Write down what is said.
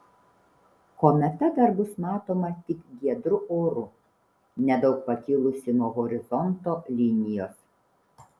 kometa dar bus matoma tik giedru oru nedaug pakilusi nuo horizonto linijos